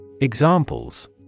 Examples